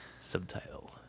subtitle